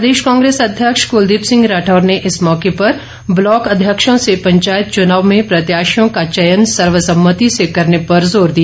प्रदेश कांग्रेस अध्यक्ष कुलदीप सिंह राठौर ने इस मौके पर ब्लॉक अध्यक्षों से पंचायत चुनाव में प्रत्याशियों का चयन सर्वसम्मति से करने पर जोर दिया